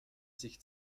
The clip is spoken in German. sich